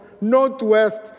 Northwest